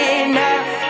enough